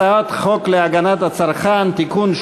הצעת חוק הגנת הצרכן (תיקון,